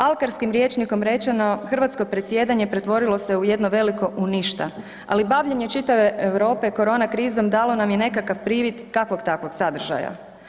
Alkarskim rječnikom rečeno, hrvatsko predsjedanje pretvorilo se u jedno veliko u ništa, ali bavljenje čitave Europe korona krizom dalo nam je nekakav privid kakvog takvog sadržaja.